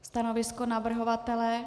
Stanovisko navrhovatele?